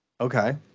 Okay